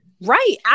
Right